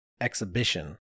exhibition